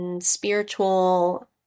spiritual